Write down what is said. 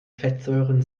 fettsäuren